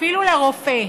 אפילו לרופא,